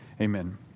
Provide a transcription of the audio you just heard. Amen